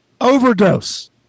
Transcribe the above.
overdose